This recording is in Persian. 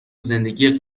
زندگی